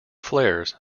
flares